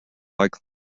like